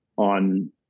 on